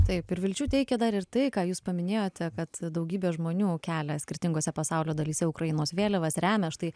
taip ir vilčių teikia dar ir tai ką jūs paminėjote kad daugybė žmonių kelia skirtingose pasaulio dalyse ukrainos vėliavas remia aš tai